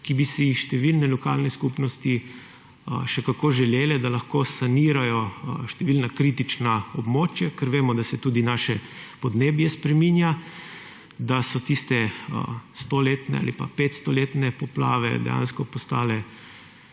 ki bi si jih številne lokalne skupnosti še kako želele, da lahko sanirajo številna kritična območja, ker vemo, da se tudi naše podnebje spreminja, da so tiste stoletne ali pa petstoletne poplave dejansko postale